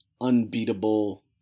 unbeatable